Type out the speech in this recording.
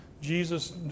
Jesus